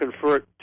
convert